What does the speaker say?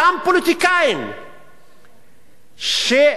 איך אומרים, שמתמידים.